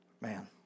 Man